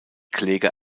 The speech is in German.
kläger